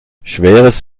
schweres